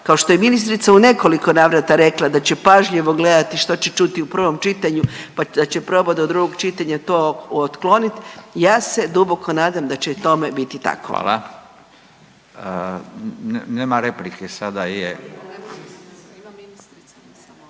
Kao što je ministrica u nekoliko navrata rekla da će pažljivo gledati što će čuti u prvom čitanju, pa da će probat do drugog čitanja to otklonit, ja se duboko nadam da će tome biti tako. **Radin, Furio (Nezavisni)**